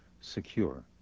secure